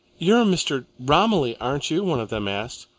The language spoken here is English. you are mr. romilly, aren't you? one of them asked.